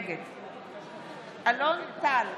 נגד אלון טל,